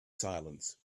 silence